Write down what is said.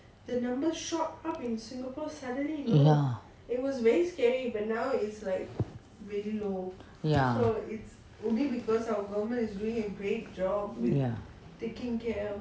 ya ya ya